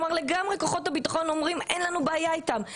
כלומר כוחות הביטחון אומרים שאין בעיה איתם.